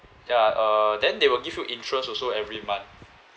ya uh then they will give you interest also every month